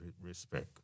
respect